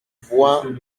voix